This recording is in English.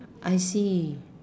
I see